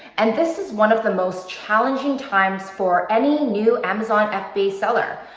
and this is one of the most challenging times for any new amazon fba seller.